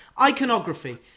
Iconography